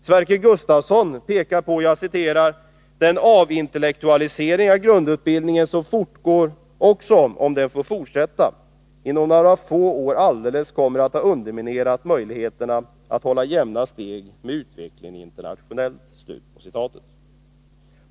Sverker Gustavsson pekar på ”den avintellektualisering av grundutbildningen som fortgår och som — om den får fortsätta — inom några få år alldeles kommer att ha underminerat möjligheterna att hålla jämna steg med utvecklingen internationellt”.